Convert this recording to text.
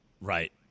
Right